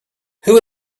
who